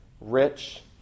rich